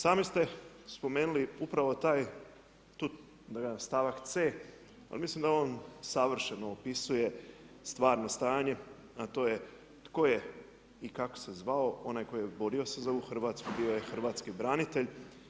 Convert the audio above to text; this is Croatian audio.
Sami ste spomenuli upravo taj, da kažem, stavak C, ali mislim da on savršeno opisuje stvarano stanje, a to je tko je i kako se zvao, onaj koji se borio se za ovu Hrvatsku, bio je hrvatski branitelj.